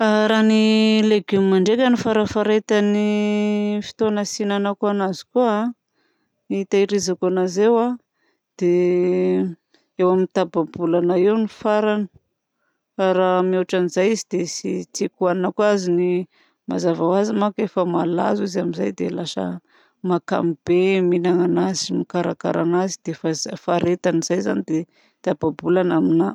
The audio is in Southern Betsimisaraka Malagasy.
Raha ny legioma ndraika ny farafaharetan'ny fotoana tsy ihinanako anazy koa ny hitehirizako anazy eo dia eo amin'ny tapa-bolana eo ny farany fa raha mihoatra an'izay izy dia tsy tiako ohanina koa azony mazava ho azy manko efa malazo izy amin'izay dia lasa mahakamo be ny mihinana anazy sy ny mikarakara anazy faharetan'izay zany dia tapa-bolana aminahy.